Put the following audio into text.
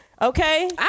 Okay